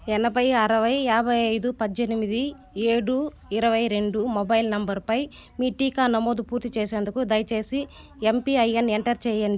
ఎనభై అరవై యాభై ఐదు పద్దెనిమిది ఏడు ఇరవై రెండు మొబైల్ నంబరుపై మీ టీకా నమోదు పూర్తి చేసేందుకు దయచేసి ఎంపిఐఎన్ ఎంటర్ చెయ్యండి